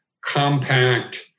compact